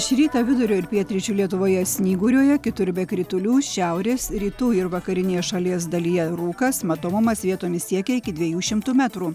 šį rytą vidurio ir pietryčių lietuvoje snyguriuoja kitur be kritulių šiaurės rytų ir vakarinėje šalies dalyje rūkas matomumas vietomis siekia iki dviejų šimtų metrų